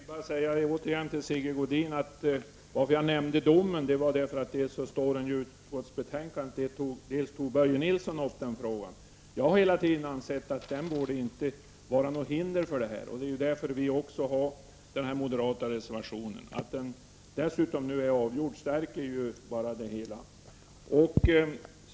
Fru talman! Jag vill bara återigen säga till Sigge Godin att jag nämnde domen därför att den togs upp dels i utskottsbetänkandet, dels av Börje Nilsson. Jag har hela tiden ansett att domen inte borde vara något hinder, och det är därför som vi har skrivit den moderata reservationen. Att målet nu dessutom är avgjort stärker bara vår uppfattning.